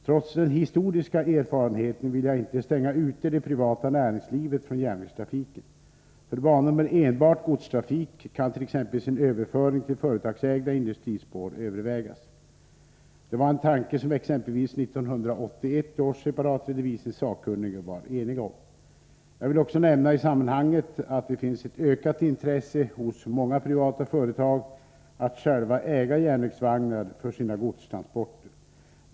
Trots den historiska erfarenheten vill jag inte stänga ute det privata näringslivet från järnvägstrafiken. För banor med enbart godstrafik kan t.ex. en överföring till företagsägda industrispår övervägas. Det var en tanke som exempelvis 1981 års separatredovisningssakkunniga var eniga om. Jag vill också nämna i sammanhanget att det finns ett ökat intresse hos många privata företag att själva äga järnvägsvagnar för sina godstransporter.